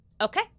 okay